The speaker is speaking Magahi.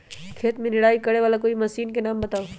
खेत मे निराई करे वाला कोई मशीन के नाम बताऊ?